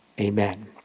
Amen